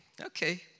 okay